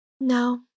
No